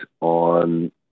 on